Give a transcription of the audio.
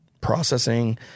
processing